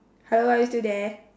hello are you still there